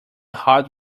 hot